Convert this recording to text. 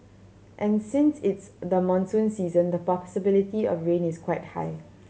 and since it's the monsoon season the possibility of rain is quite high